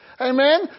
amen